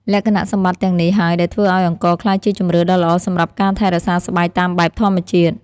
លក្ខណៈសម្បត្តិទាំងនេះហើយដែលធ្វើឱ្យអង្ករក្លាយជាជម្រើសដ៏ល្អសម្រាប់ការថែរក្សាស្បែកតាមបែបធម្មជាតិ។